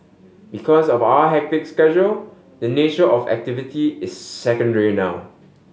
because of our hectic schedule the nature of the activity is secondary now